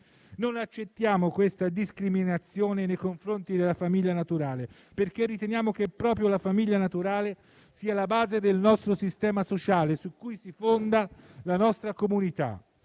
Non accettiamo questa discriminazione nei confronti della famiglia naturale, perché riteniamo che proprio la famiglia naturale sia la base del nostro sistema sociale su cui si fonda la nostra comunità.